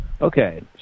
Okay